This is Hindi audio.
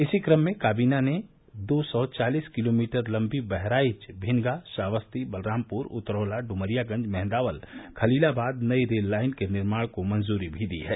इसी क्रम में काबीना ने दो सौ चालीस किलोमीटर लम्बी बहराइच भिनगा श्रावस्ती बलरामपुर उतरौला डुमरियागंज मेंहदावल खलीलाबाद नई रेल लाइन के निर्माण को मंजूरी भी दी है